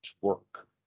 work